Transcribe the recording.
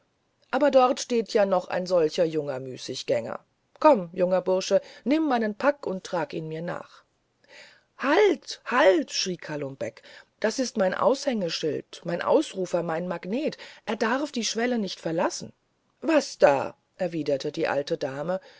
aber dort steht ja noch solch ein junger müßiggänger komm junger bursche nimm meinen pack und trag ihn mir nach halt halt schrie kalum beck das ist mein aushängeschild mein ausrufer mein magnet der darf die schwelle nicht verlassen was da erwiderte die alte dame